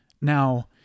now